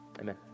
Amen